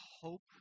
hope